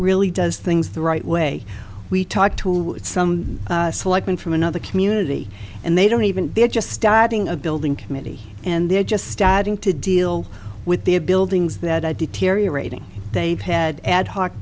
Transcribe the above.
really does things the right way we talk to with some selection from another community and they don't even they're just starting a building committee and they're just adding to deal with their buildings that i deteriorating they've had ad h